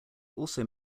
also